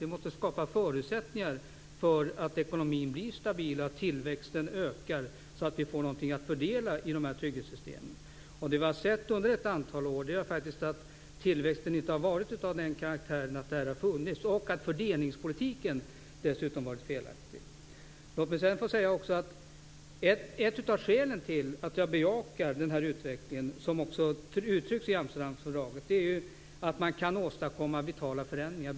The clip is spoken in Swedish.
Vi måste skapa förutsättningar för att ekonomin blir stabil och att tillväxten ökar så att det blir något att fördela i trygghetssystemen. Under ett antal år har tillväxten inte varit sådan att det har funnits något att fördela. Fördelningspolitiken har också varit felaktig. Ett av skälen till att jag bejakar utvecklingen - som också kommer till uttryck i Amsterdamfördraget - är att det går att åstadkomma vitala förändringar.